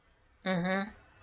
mmhmm